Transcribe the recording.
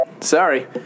Sorry